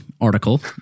article